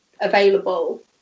available